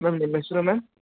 ma'am ನಿಮ್ಮ ಹೆಸರು ma'am